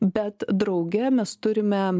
bet drauge mes turime